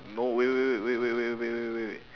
no wait wait wait wait wait wait wait wait wait wait